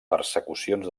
persecucions